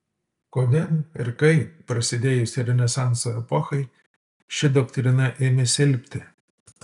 kodėl ir kaip prasidėjus renesanso epochai ši doktrina ėmė silpti